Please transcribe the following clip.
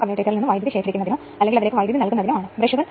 7 1000 ചെയ്താൽ 600 KVA അല്ലെങ്കിൽ X2 ഐ ലഭിക്കും ഇവിടെയും 600 KVA ലഭിക്കും